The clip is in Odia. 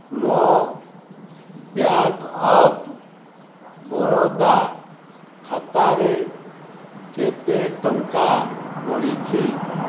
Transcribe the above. ମୋ ବ୍ୟାଙ୍କ୍ ଅଫ୍ ବରୋଦା ଖାତାରେ କେତେ ଟଙ୍କା ବଳିଛି